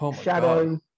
Shadow